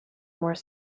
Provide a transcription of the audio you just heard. more